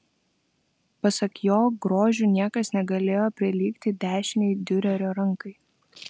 pasak jo grožiu niekas negalėjo prilygti dešinei diurerio rankai